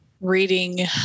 Reading